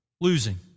losing